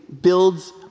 builds